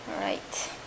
right